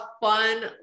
fun